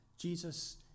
Jesus